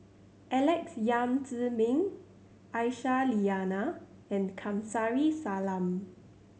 Alex Yam Ziming Aisyah Lyana and Kamsari Salam